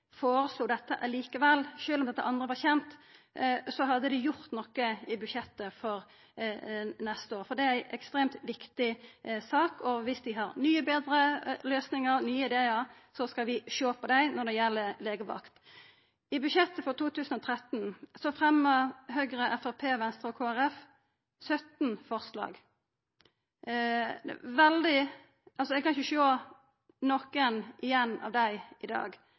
føreslo dette likevel, sjølv om dette andre var kjent, så hadde dei gjort noko i budsjettet for neste år. Det er ei ekstremt viktig sak, og viss dei har nye, betre løysingar og nye idear, skal vi sjå på dei når det gjeld legevakt. I budsjettet for 2013 fremja Høgre, Framstegspartiet, Venstre og Kristeleg Folkeparti 17 forslag. Eg kan ikkje sjå igjen nokon av dei i dag.